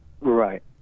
right